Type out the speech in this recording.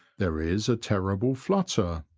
there is a terrible flutter,